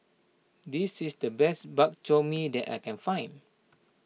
this is the best Bak Chor Mee that I can find